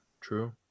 true